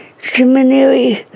Seminary